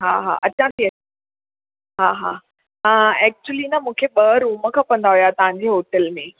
हा हा अचां थी हा हा हा ऐक्चुली न मूंखे ॿ रूम खपंदा हुआ तव्हांजे होटल में